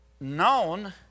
known